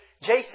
Jason